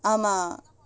ஆமா:aamaa